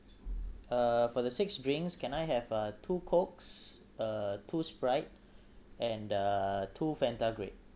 uh for the six drinks can I have uh two cokes uh two sprite and uh two fanta grape